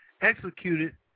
executed